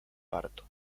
parto